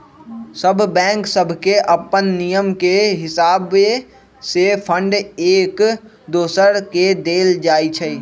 सभ बैंक सभके अप्पन नियम के हिसावे से फंड एक दोसर के देल जाइ छइ